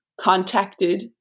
contacted